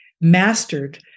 mastered